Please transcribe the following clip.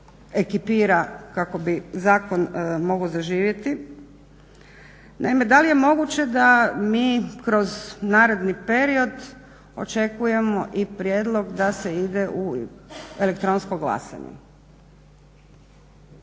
ekipira kako bi zakon mogao zaživjeti. Naime, da li je moguće da mi kroz naredni period očekujemo i prijedlog da se ide u elektronsko glasanje?